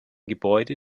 gebäude